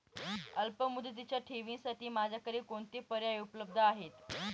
अल्पमुदतीच्या ठेवींसाठी माझ्याकडे कोणते पर्याय उपलब्ध आहेत?